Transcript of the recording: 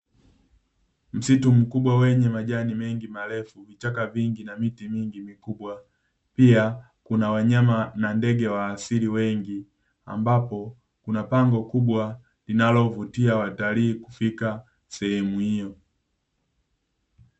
Msitu mkubwa wenye majani mengi marefu, vichaka vingi na miti mingi mikubwa. Pia kuna wanyama na ndege wa asili wengi ambapo kuna pango kubwa linalovutia watalii kufika sehemu hiyo.